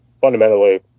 fundamentally